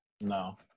No